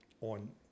on